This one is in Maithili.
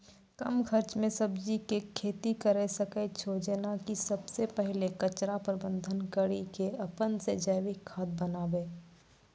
कम खर्च मे सब्जी के खेती करै सकै छौ जेना कि सबसे पहिले कचरा प्रबंधन कड़ी के अपन से जैविक खाद बनाबे?